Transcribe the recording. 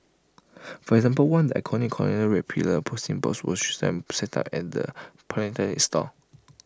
for example one iconic colonial red pillar posting boxes was restored and set up at the philatelic store